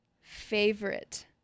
favorite